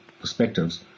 perspectives